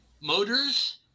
motors